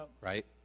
Right